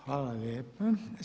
Hvala lijepa.